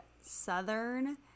Southern